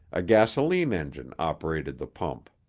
a gasoline engine operated the pump.